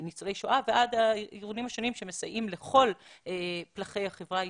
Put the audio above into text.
לניצולי שואה ועד הארגונים השונים שמסייעים לכל פלחי החברה הישראלית.